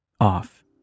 off